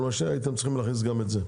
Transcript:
הייתם צריכים להכניס גם את זה.